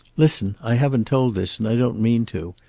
listen. i haven't told this, and i don't mean to.